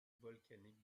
volcanique